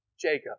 Jacob